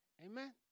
Amen